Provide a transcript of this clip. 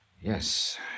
Yes